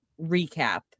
recap